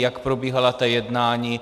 Jak probíhala ta jednání?